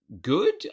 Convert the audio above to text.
good